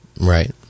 Right